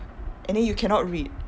and then you cannot read